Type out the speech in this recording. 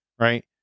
right